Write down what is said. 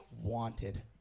wanted